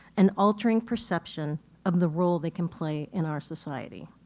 and altering perception of the role they can play in our society.